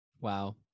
Wow